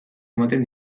ematen